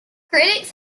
critics